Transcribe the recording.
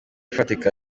ifatika